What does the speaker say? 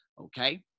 okay